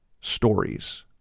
stories